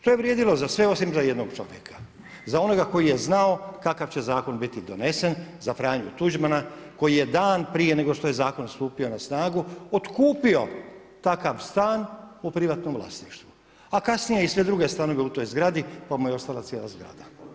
To je vrijedilo za sve osim za jednog čovjeka, za onoga koji je znao kakav će zakon biti donesen, za Franju Tuđmana koji je dan prije nego što je zakon stupio na snagu otkupio takav stan u privatnom vlasništvu a kasnije i sve druge stanove u toj zgradi pa mu je ostala cijela zgrada.